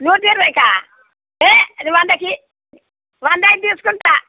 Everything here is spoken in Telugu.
నూట ఇరవైకా ఏయ్ నువ్వు వందకు ఇవ్వు వంద అయితే తీసుకుంటాను